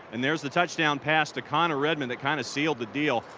and there's the touchdown pass to kind of redmond that kind of sealed the deal.